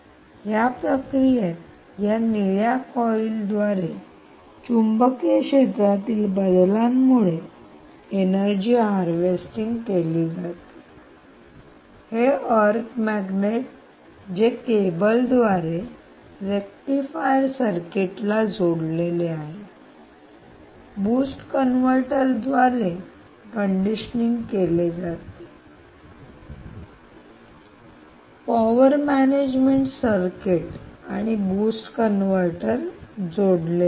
या प्रक्रियेत या निळ्या कॉईल द्वारे चुंबकीय क्षेत्रातील बदलांमुळे एनर्जी हार्वेस्टिंग केली जात आहे हे अर्क मॅग्नेट जे केबलद्वारे रेक्टिफायर सर्किट जोडलेले आहे बूस्ट कन्व्हर्टर द्वारे कंडिशनिंग केले जाते पॉवर मॅनेजमेंट सर्किट आणि बूस्ट कन्व्हर्टर जोडलेले आहे